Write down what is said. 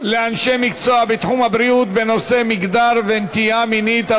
לאנשי מקצוע בתחום הבריאות בנושא מגדר ונטייה מינית,